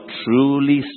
truly